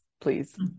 please